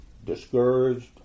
discouraged